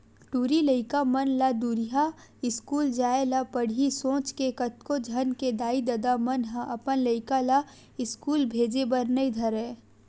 टूरी लइका मन ला दूरिहा इस्कूल जाय ल पड़ही सोच के कतको झन के दाई ददा मन ह अपन लइका ला इस्कूल भेजे बर नइ धरय